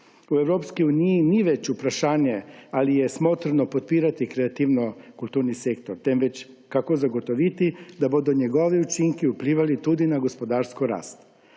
V Evropski uniji ni več vprašanje, ali je smotrno podpirati kreativno-kulturni sektor, temveč kako zagotoviti, da bodo njegovi učinki vplivali tudi na gospodarsko rast.